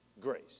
grace